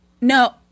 no